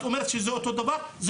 האם זה אותו דבר, כמו שאת אומרת?